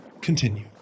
Continue